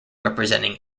representing